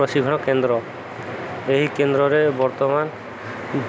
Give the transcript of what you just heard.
ପ୍ରଶିକ୍ଷଣ କେନ୍ଦ୍ର ଏହି କେନ୍ଦ୍ରରେ ବର୍ତ୍ତମାନ